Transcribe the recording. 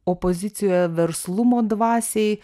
opozicijoje verslumo dvasiai